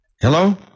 Hello